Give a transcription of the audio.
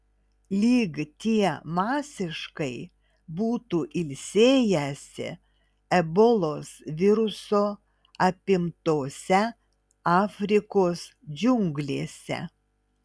lyg tie masiškai būtų ilsėjęsi ebolos viruso apimtose afrikos džiunglėse